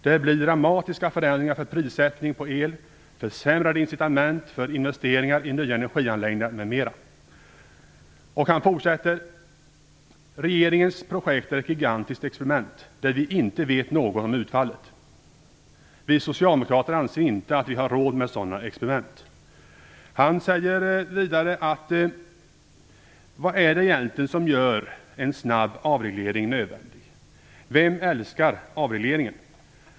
Det blir dramatiska förändringar för prissättning på el, försämrade incitament för investeringar i nya energianläggningar, m.m. Han fortsätter: Regeringens projekt är ett gigantiskt experiment där vi inte vet något om utfallet. Vi socialdemokrater anser inte att vi har råd med sådana experiment. Han säger vidare: Vad är det egentligen som gör en snabb avreglering nödvändig. Vem älskar avregleringen.